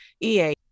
EA